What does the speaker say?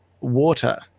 water